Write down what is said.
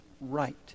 right